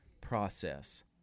process